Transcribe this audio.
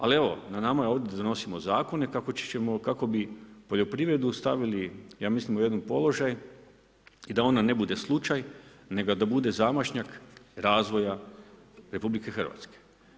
Ali evo na nama je ovdje da donosimo zakone kako bi poljoprivredu stavili ja mislim u jedan položaj i da ona ne bude slučaj nego da bude zamašnjak razvoja Republike Hrvatske.